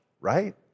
right